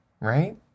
right